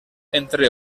entre